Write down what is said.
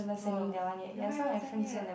oh ya mine haven't send yet